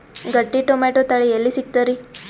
ಗಟ್ಟಿ ಟೊಮೇಟೊ ತಳಿ ಎಲ್ಲಿ ಸಿಗ್ತರಿ?